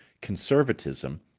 Conservatism